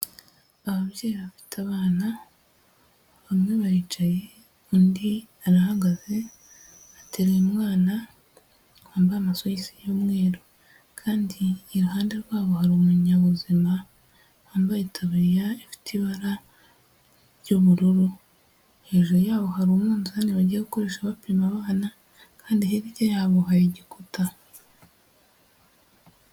Ababyeyi bafite abana, bamwe baricaye undi arahagaze, atereye umwana wambaye amasogisi y'umweru. Kandi iruhande rwabo hari umunyabuzima wambaye itaburiya ifite ibara ry'ubururu, hejuru yaho hari umunzani bagiye gukoresha bapima abana, kandi hirya yabo harigikuta.